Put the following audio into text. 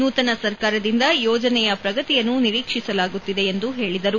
ನೂತನ ಸರ್ಕಾರದಿಂದ ಯೋಜನೆಯ ಪ್ರಗತಿಯನ್ನು ನಿರೀಕ್ಷಿಸಲಾಗುತ್ತಿದೆ ಎಂದು ಹೇಳಿದರು